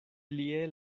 plie